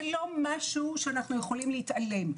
זה לא משהו שאנחנו יכולים להתעלם.